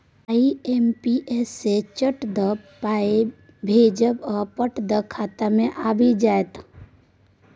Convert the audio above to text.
IMPS सँ चट दअ पाय भेजब आ पट दअ खाता मे आबि जाएत